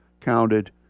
counted